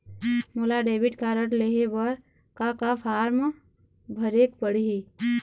मोला debit card लेहे बर का का फार्म भरेक पड़ही?